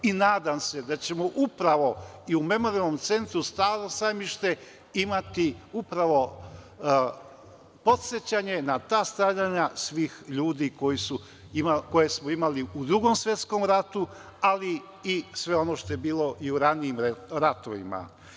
Nadam se da ćemo upravo u Memorijalnom centru „Staro Sajmište“ imati upravo podsećanje na ta stradanja svih ljudi koje smo imali u Drugom svetskom ratu, ali i sve ono što je bilo i u ranijim ratovima.